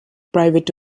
private